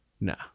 No